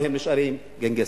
אבל הם נשארים גנגסטרים.